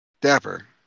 Dapper